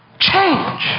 change